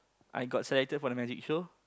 I got selected for the magic show